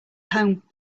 home